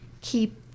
keep